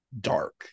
dark